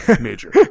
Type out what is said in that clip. Major